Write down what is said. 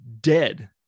dead